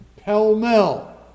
pell-mell